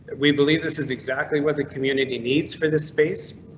we believe this is exactly what the community needs for this space.